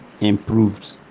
improved